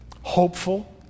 hopeful